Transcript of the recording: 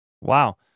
Wow